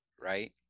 right